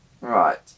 Right